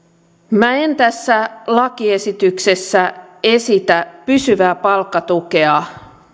minä en tässä lakiesityksessä esitä pysyvää palkkatukea